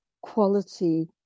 quality